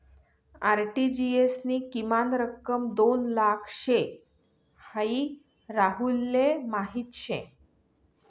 RTGS नी किमान रक्कम दोन लाख शे हाई राहुलले माहीत शे